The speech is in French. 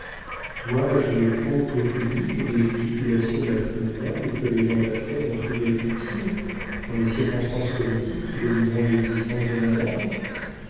dois-je compte au public des stipulations matrimoniales que les gens d'affaires ont trouvées utiles dans les circonstances politiques qui domineront l'existence de mon gendre